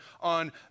on